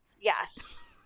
Yes